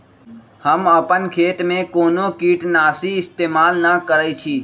हम अपन खेत में कोनो किटनाशी इस्तमाल न करई छी